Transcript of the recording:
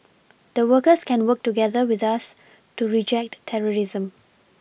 the workers can work together with us to reject terrorism